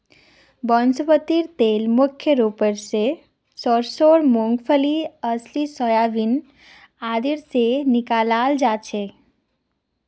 वनस्पति तेल मुख्य रूप स सरसों मूंगफली अलसी सोयाबीन आदि से निकालाल जा छे